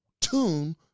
tune